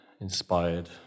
inspired